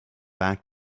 back